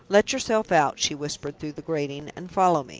let yourself out, she whispered through the grating, and follow me.